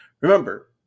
Remember